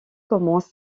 commence